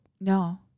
No